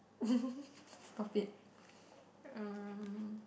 stop it um